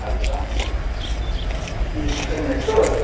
আচ্ছা কি chicken meat তো